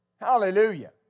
Hallelujah